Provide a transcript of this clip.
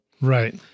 Right